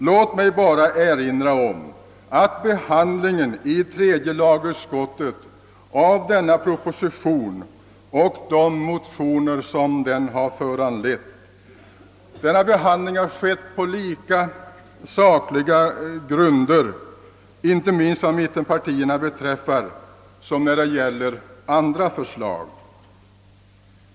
Låt mig bara erinra om att behandlingen i tredje lagutskottet av propositionen och de motioner den föranlett har skett på lika sakliga grunder, inte minst vad mittenpartierna beträffar, som i fråga om andra förslag.